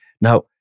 Now